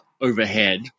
overhead